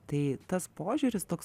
tai tas požiūris toks